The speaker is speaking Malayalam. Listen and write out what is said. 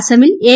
അസമിൽ എ